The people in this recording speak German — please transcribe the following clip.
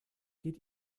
geht